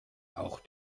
auch